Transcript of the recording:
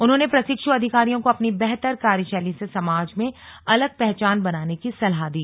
उन्होंने प्रशिक्षु अधिकारियों को अपनी बेहतर कार्यशैली से समाज में अलग पहचान बनाने की सलाह दी